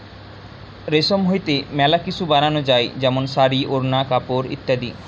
রেশম হইতে মেলা কিসু বানানো যায় যেমন শাড়ী, ওড়না, কাপড় ইত্যাদি